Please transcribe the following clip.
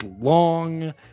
long